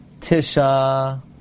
Tisha